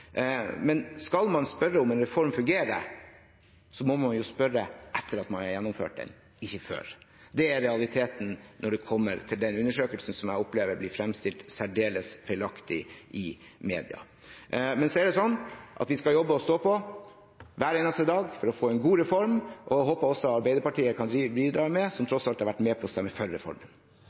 Men skal man spørre om en reform fungerer, må man jo spørre etter at man har gjennomført den – ikke før. Det er realiteten når det gjelder den undersøkelsen som jeg opplever blir framstilt særdeles feilaktig i media. Men vi skal jobbe og stå på hver eneste dag for å få en god reform, og jeg håper også Arbeiderpartiet kan bidra med det, de som tross alt har vært med på å stemme for reformen.